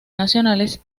nacionales